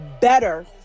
better